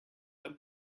how